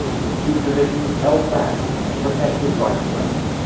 with two divisions held back to protect his right flank.